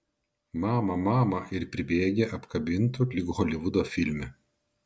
mama mama ir pribėgę apkabintų lyg holivudo filme